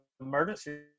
emergency